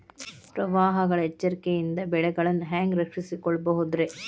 ಪ್ರವಾಹಗಳ ಎಚ್ಚರಿಕೆಯಿಂದ ಬೆಳೆಗಳನ್ನ ಹ್ಯಾಂಗ ರಕ್ಷಿಸಿಕೊಳ್ಳಬಹುದುರೇ?